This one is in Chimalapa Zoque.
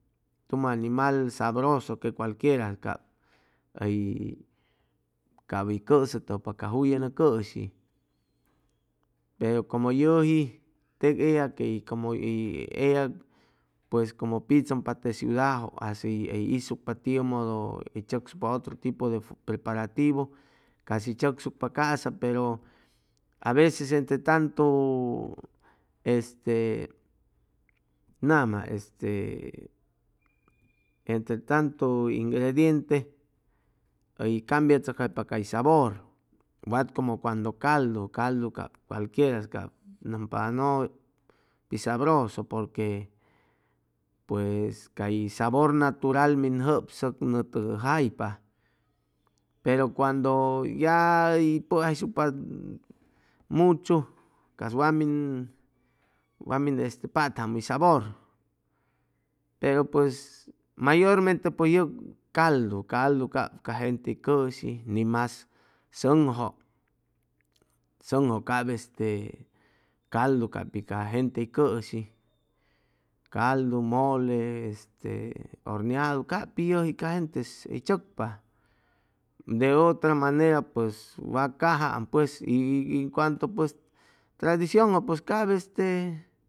Tumʉ animal sabroso que cualquiera cap hʉy cap hʉy cʉsʉtʉpa ca juyʉnʉ cʉshi pero como yʉji teg eya quey como hʉy eyab pues como pichʉmpa te ciudajʉ hʉy hizucpa tiʉ modo hʉy tzʉcsucpa otro tripo de preparativo casi hʉy tzʉcsucpa casa pero aveces entre tantu este nama este entre tantu ingrediente hʉy cambiachʉcjaypa cay sabor wat como cuando caldu caldu cap cualquiera cap nʉmpa nʉ pit sabroso porque pues cay sabor natual min jʉbsʉg nʉ tʉʉjaypa pero cuando ya hʉy pʉjayshucpa muchu cas wa min wa min este patam hʉy sabor pero pues mayormente pues yʉg caldu caldu cap ca gente hʉy cʉshi ni mas sʉŋjʉ, sʉŋjʉ cap este caldu cap pi ca gente hʉy cʉshi caldu mole este e horniadu cap pi yʉji ca gentes hʉy tzʉcpa de otra manera pues wa cajaam pues y pues en cuento pues tradiciojʉ pues cap este